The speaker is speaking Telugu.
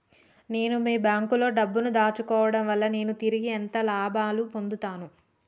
నేను మీ బ్యాంకులో డబ్బు ను దాచుకోవటం వల్ల నేను తిరిగి ఎంత లాభాలు పొందుతాను?